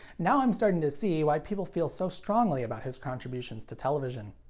now i'm starting to see why people feel so strongly about his contributions to television.